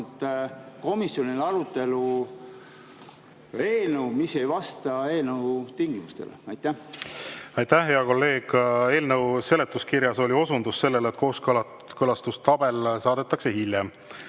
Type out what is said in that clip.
komisjoni arutelule eelnõu, mis ei vasta eelnõu tingimustele? Aitäh, hea kolleeg! Eelnõu seletuskirjas oli osundus sellele, et kooskõlastustabel saadetakse hiljem.